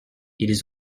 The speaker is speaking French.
ils